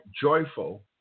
joyful